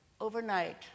overnight